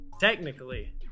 Technically